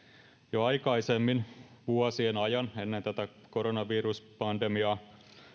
jo aikaisemmin vuosien ajan ennen tätä koronaviruspandemiaa